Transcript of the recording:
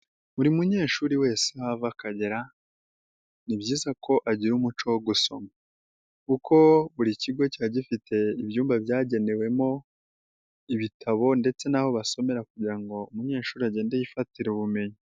Buri munyeshuri wese aho ava akagera, ni byiza ko agira umuco wo gusoma kuko buri kigo kiba gifite ibyumba byagenewemo ibitabo ndetse n'aho basomera kugira ngo umunyeshuri agende yifatire ubumenyi.